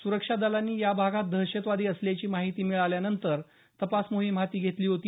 सुरक्षा दलांनी या भागात दहशतवादी असल्याची माहिती मिळाल्यानंतर तपास मोहीम हाती घेतली होती